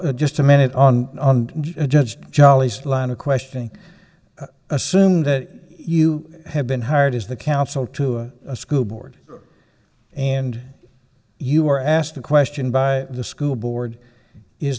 just a minute on judge jolliest line of questioning i assume that you have been hired as the counsel to a school board and you were asked a question by the school board is